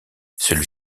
celui